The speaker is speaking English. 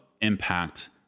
impact